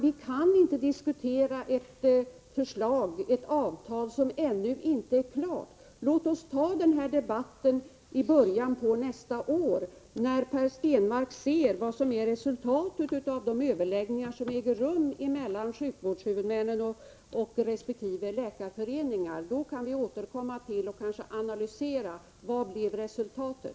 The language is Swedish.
Vi kan inte diskutera ett avtal som ännu inte är klart. Låt oss ta denna debatt i början av nästa år, när Per Stenmarck kan se resultatet av de överläggningar som äger rum mellan sjukvårdshuvudmännen och resp. läkarförening. Då kan ni återkomma till och analysera resultatet.